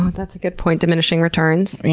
that's a good point. diminishing returns. yeah.